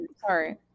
sorry